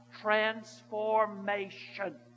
transformation